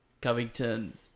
Covington